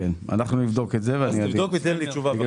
אנחנו נבדוק את זה ונחזיר תשובה.